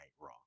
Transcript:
Raw